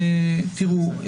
תראו,